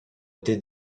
été